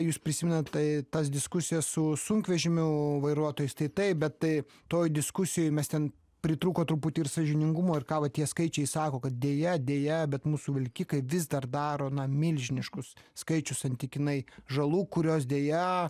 jūs prisimenat tai tas diskusijas su sunkvežimių vairuotojais tai taip bet tai toj diskusijoj mes ten pritrūko truputį ir sąžiningumo ir ką va tie skaičiai sako kad deja deja bet mūsų vilkikai vis dar daro na milžiniškus skaičius santykinai žalų kurios deja